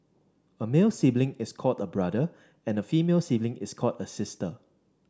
a male sibling is called a brother and a female sibling is called a sister